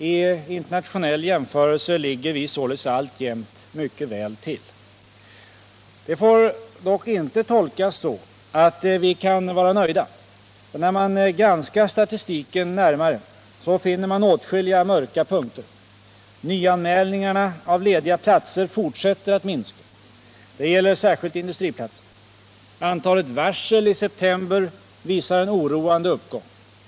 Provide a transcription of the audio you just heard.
I internationell jämförelse ligger vi således alltjämt mycket väl till. Det får dock inte tolkas så, att vi kan vara nöjda. När man granskar statistiken närmare, finner man åtskilliga mörka punkter. Nyanmälningarna av lediga platser fortsätter att minska. Det gäller särskilt industriplatser. Antalet varsel i sep tember visar en oroande uppgång.